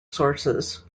sources